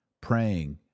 praying